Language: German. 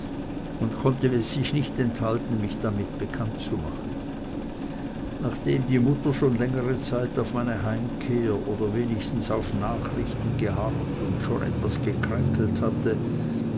und konnte sich nicht enthalten mich damit bekannt zu machen nachdem die mutter schon längere zeit auf meine heimkehr oder wenigstens auf nachrichten geharrt und schon etwas gekränkelt hatte